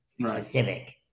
specific